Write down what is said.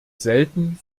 selten